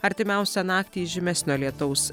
artimiausią naktį žymesnio lietaus